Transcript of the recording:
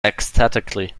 ecstatically